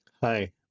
Hi